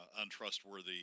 untrustworthy